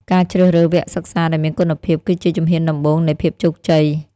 ការជ្រើសរើសវគ្គសិក្សាដែលមានគុណភាពគឺជាជំហានដំបូងនៃភាពជោគជ័យ។